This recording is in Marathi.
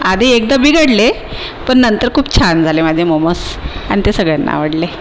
आधी एकदा बिघडले पण नंतर खूप छान झाले माझे मोमोस आणि ते सगळ्यांना आवडले